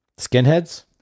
skinheads